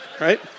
right